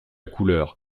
couleur